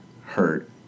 hurt